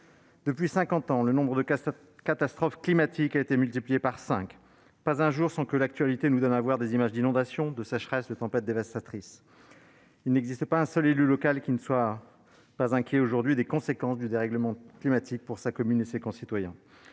Depuis cinquante ans, le nombre de catastrophes climatiques a été multiplié par cinq. Il ne passe pas un jour sans que l'actualité nous donne à voir des images d'inondations, de sécheresses, de tempêtes dévastatrices. Il n'existe pas un seul élu local qui ne soit pas inquiet des conséquences du dérèglement climatique pour sa commune et ses concitoyens.